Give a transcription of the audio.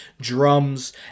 drums